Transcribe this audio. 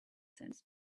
sense